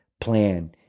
plan